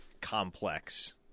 complex